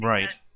Right